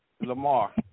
Lamar